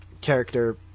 character